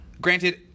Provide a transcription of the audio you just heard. Granted